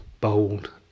Bold